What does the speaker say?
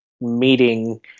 meeting